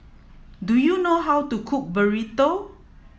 do you know how to cook Burrito